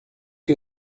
que